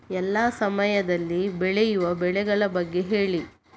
ಎಲ್ಲಾ ಸಮಯದಲ್ಲಿ ಬೆಳೆಯುವ ಬೆಳೆಗಳ ಬಗ್ಗೆ ಹೇಳಿ